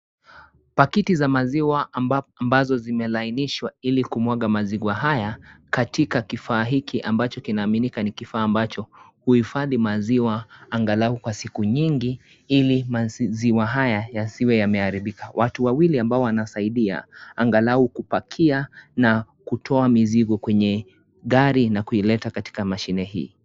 Pakiti za maziwa ambazo zimelainishwa ili kumwaga maziwa haya, katika kifaa hiki ambacho kinaaminika ni kifaa ambacho huhifadhi maziwa angalau siku nyingi hili maziwa haya yasiwe yame haribika. Watu wawili ambao wanasaidia angalau kupakia na kutoa mizigo kwenye